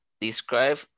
Describe